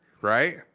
right